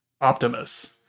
Optimus